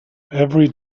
every